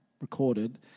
recorded